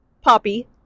poppy